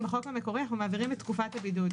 זה גם בחוק המקורי אנחנו מעבירים את תקופת הבידוד.